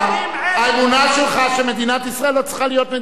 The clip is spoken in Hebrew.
האמונה שלך שמדינת ישראל לא צריכה להיות מדינה יהודית,